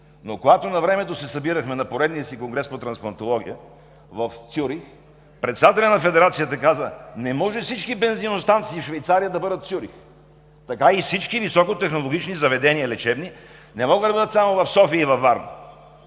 но когато навремето се събирахме на поредния си Конгрес по трансплантология в Цюрих, председателят на федерацията каза: не може всички бензиностанции в Швейцария да бъдат в Цюрих. Така и всички високотехнологични лечебни заведения не могат да бъдат само в София и във Варна,